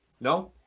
No